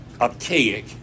archaic